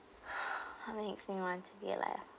how many thing want to be like ah